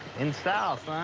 in style,